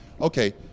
okay